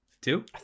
Two